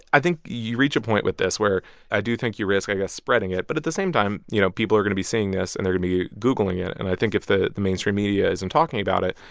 i think you reach a point with this where i do think you risk, i guess, spreading it. but at the same time, you know, people are going to be seeing this. and they're going to be googling it. and i think if the the mainstream media isn't talking about it,